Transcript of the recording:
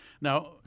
Now